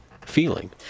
feeling